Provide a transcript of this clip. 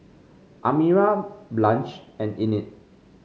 Amira Blanch and Enid